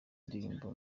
ndirimbo